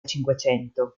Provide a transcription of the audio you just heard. cinquecento